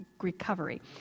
recovery